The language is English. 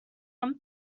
one